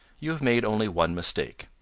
you have made only one mistake.